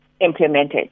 implemented